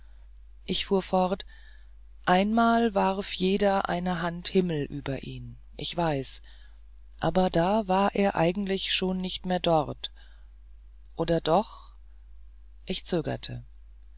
ich fuhr fort einmal warf jeder eine hand himmel über ihn ich weiß aber da war er eigentlich schon nicht mehr dort oder doch ich zögerte